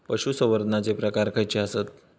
पशुसंवर्धनाचे प्रकार खयचे आसत?